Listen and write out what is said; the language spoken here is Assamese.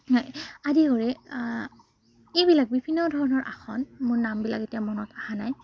আদি কৰি এইবিলাক বিভিন্ন ধৰণৰ আসন মোৰ নামবিলাক এতিয়া মনত অহা নাই